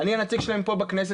אני הנציג שלהם פה בכנסת,